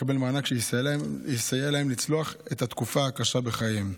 לקבל מענק שיסייע להם לצלוח את התקופה הקשה בחייהם.